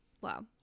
Wow